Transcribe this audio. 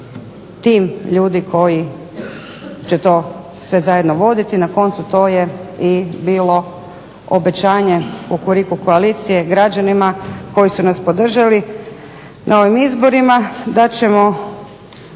tim ljudi koji će to sve zajedno voditi. Na koncu to je i bilo obećanje Kukuriku koalicije građanima koji su nas podržali na ovim izborima da ćemo